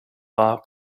law